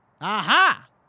Aha